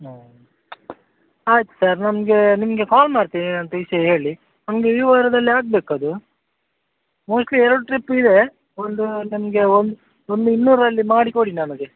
ಹಾಂ ಆಯ್ತು ಸರ್ ನಮಗೆ ನಿಮಗೆ ಕಾಲ್ ಮಾಡ್ತೀನಿ ಏನಂತ ವಿಷಯ ಹೇಳಿ ನಮಗೆ ಈ ವಾರದಲ್ಲಿ ಆಗ್ಬೇಕು ಅದು ಮೋಸ್ಟ್ಲಿ ಎರಡು ಟ್ರಿಪ್ ಇದೇ ಒಂದು ನಮಗೆ ಒಂದು ಒಂದು ಇನ್ನೂರು ಅಲ್ಲಿ ಮಾಡಿ ಕೊಡಿ ನಮಗೆ